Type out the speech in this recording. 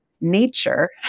nature